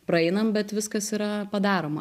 praeinam bet viskas yra padaroma